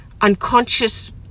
unconscious